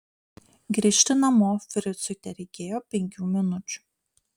grįžti namo fricui tereikėjo penkių minučių